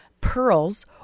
pearls